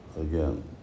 again